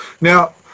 now